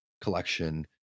collection